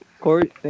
Corey